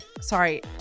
Sorry